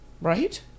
right